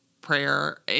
prayer